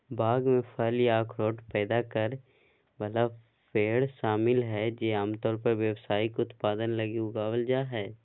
बाग में फल या अखरोट पैदा करे वाला पेड़ शामिल हइ जे आमतौर पर व्यावसायिक उत्पादन लगी उगावल जा हइ